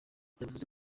yavuze